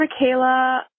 Michaela